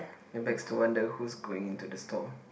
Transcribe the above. it begs to wonder who's going into the store